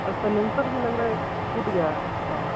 और साईलेन्सर भी लग रहा है टूट गया शायद